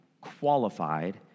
qualified